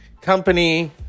Company